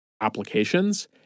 applications